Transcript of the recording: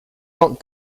not